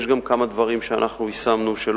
יש גם כמה דברים שאנחנו יישמנו מתוך התוכנית,